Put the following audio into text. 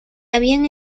habían